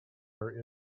her